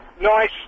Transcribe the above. Nice